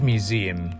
Museum